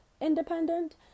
independent